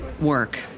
work